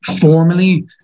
formally